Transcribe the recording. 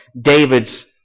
David's